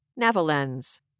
Navalens